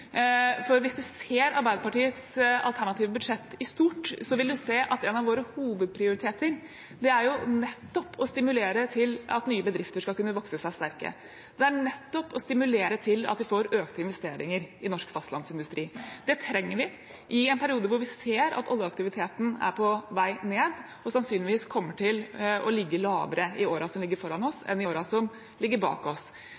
for hvis man ser på Arbeiderpartiets alternative budsjett i stort, vil man se at en av våre hovedprioriteringer er nettopp å stimulere til at nye bedrifter skal kunne vokse seg sterke. Det er nettopp å stimulere til at vi får økte investeringer i norsk fastlandsindustri. Det trenger vi i en periode hvor vi ser at oljeaktiviteten er på vei ned og sannsynligvis kommer til å ligge lavere i årene som ligger foran oss, enn i årene som ligger bak oss.